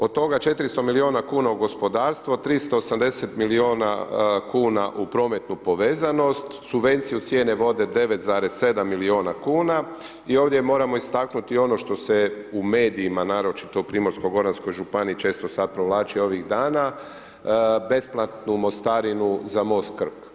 Od toga 400 miliona kuna u gospodarstvo, 380 milion kuna u prometnu povezanost, subvenciju cijene vode 9,7 miliona kuna i ovdje moramo istaknuti ono što se u medijima, naročito u Primorsko-goranskoj županiji često sad provlači ovih dana, besplatnu mostarinu za most Krk.